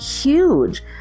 huge